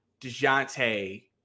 DeJounte